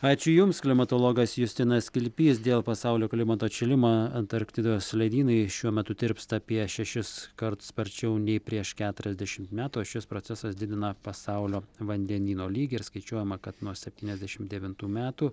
ačiū jums klimatologas justinas kilpys dėl pasaulio klimato atšilimo antarktidos ledynai šiuo metu tirpsta apie šešiskart sparčiau nei prieš keturiasdešimt metų o šis procesas didina pasaulio vandenyno lygį ir skaičiuojama kad nuo septyniasdešim devintų metų